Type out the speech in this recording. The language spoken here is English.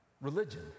Religion